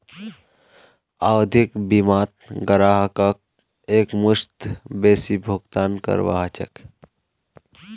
आवधिक बीमात ग्राहकक एकमुश्त बेसी भुगतान करवा ह छेक